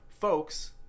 Folks